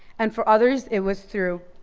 and for others it was through